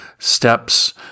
steps